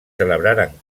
celebraren